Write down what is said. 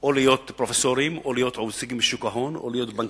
או להיות פרופסורים או לעסוק בשוק ההון או להיות בנקאים,